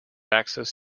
access